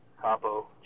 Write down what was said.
Capo